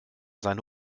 seine